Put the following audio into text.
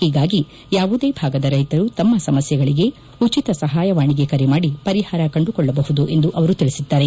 ಹೀಗಾಗಿ ಯಾವುದೇ ಭಾಗದ ರೈತರು ತಮ್ನ ಸಮಸ್ಯೆಗಳಿಗೆ ಉಚಿತ ಸಹಾಯವಾಣಿಗೆ ಕರೆಮಾಡಿ ಪರಿಹಾರ ಕಂಡುಕೊಳ್ಳಬಹುದು ಎಂದು ಅವರು ತಿಳಿಸಿದ್ದಾರೆ